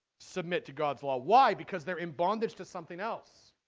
submit to gobble ah why because there in bondage to something else